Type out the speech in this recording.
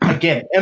Again